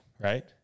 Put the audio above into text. right